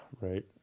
right